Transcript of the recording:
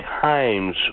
times